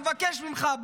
מבקש ממך,